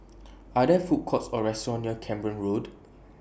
Are There Food Courts Or restaurants near Camborne Road